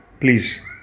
please